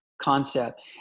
concept